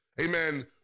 amen